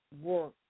work